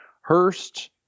Hurst